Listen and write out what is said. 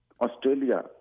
Australia